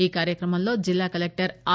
ఈ కార్యక్రమంలో జిల్లా కలెక్షర్ ఆర్